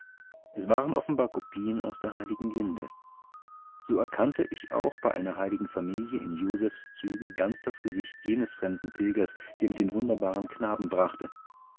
es waren offenbar kopien aus der heiligen linde so erkannte ich auch bei einer heiligen familie in josephs zügen ganz das gesicht jenes fremden pilgers der mir den wunderbaren knaben brachte